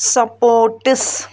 sports